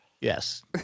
Yes